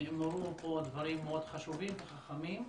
נאמרו פה דברים מאוד חשובים וחכמים,